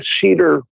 cedar